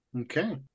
okay